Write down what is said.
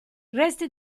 resti